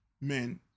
men